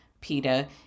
PETA